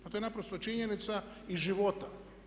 Pa to je naprosto činjenica iz života.